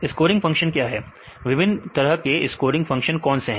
scoring function क्या है विभिन्न तरह के स्कोरिंग फंक्शन कौन से हैं